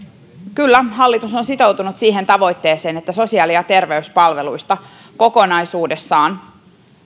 kyllä hallitus on sitoutunut siihen tavoitteeseen että sosiaali ja terveyspalveluissa kokonaisuudessaan